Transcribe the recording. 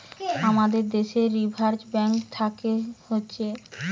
আমাদের দ্যাশের Reserve Bank থাকে হতিছে